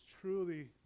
truly